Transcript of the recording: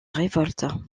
révolte